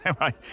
right